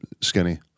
skinny